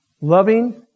loving